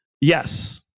yes